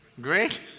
great